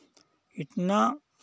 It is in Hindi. इतना